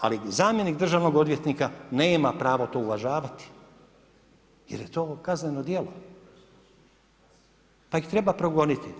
Ali zamjenik državnog odvjetnika nema pravo to uvažavati jer je to kazneno djelo pa ih treba progoniti.